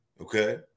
okay